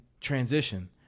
transition